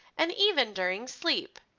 and even during sleep.